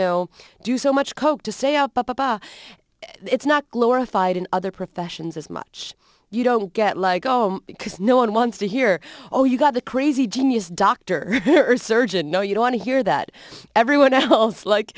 know do so much coke to say up up up it's not glorified in other professions as much you don't get lego because no one wants to hear oh you've got the crazy genius doctor or surgeon no you don't want to hear that everyone else like